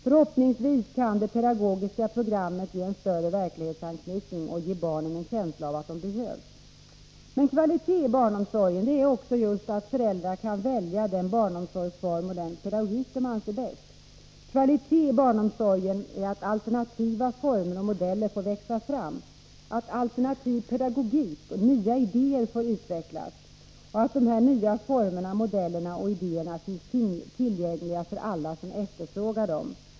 Förhoppningsvis kan det pedagogiska programmet ge en större verklighetsanknytning och ge barnen en känsla av att de behövs. Men kvalitet i barnomsorgen är också att föräldrar kan välja den barnomsorgsform och den pedagogik de anser vara bäst. Kvalitet i barnomsorgen är att alternativa former och modeller får växa fram, att alternativ pedagogik och nya idéer får utvecklas, och att dessa nya former, modeller och idéer finns tillgängliga för alla som efterfrågar dem.